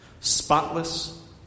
Spotless